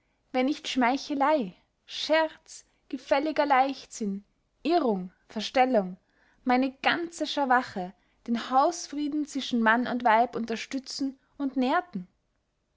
wenn nicht schmeicheley scherz gefälliger leichtsinn irrung verstellung meine ganze scharwache den hausfrieden zwischen mann und weib unterstützen und nährten